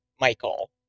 Michael